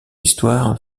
histoire